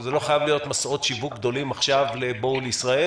זה לא חייב להיות מסעות שיווק גדולים עכשיו של "בואו לישראל"